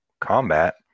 combat